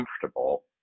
comfortable